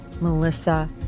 Melissa